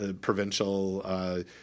provincial